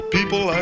People